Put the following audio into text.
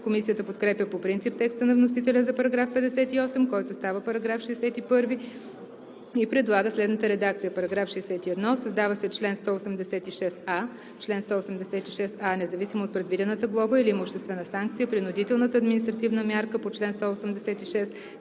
Комисията подкрепя по принцип текста на вносителя за § 58, който става § 61, и предлага следната редакция: „§ 61. Създава се чл. 186а: Чл. 186а. Независимо от предвидената глоба или имуществена санкция, принудителната административна мярка по чл. 186